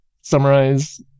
summarize